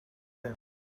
them